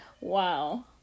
Wow